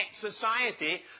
society